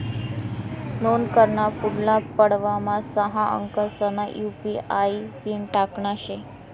नोंद कराना पुढला पडावमा सहा अंकसना यु.पी.आय पिन टाकना शे